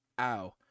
Ow